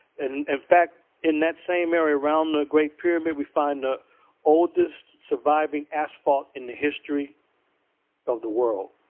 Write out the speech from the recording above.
and, in fact, in that same area around the great pyramid, we find the oldest surviving asphalt in the history of the world.